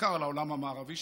בעיקר בעולם המערבי,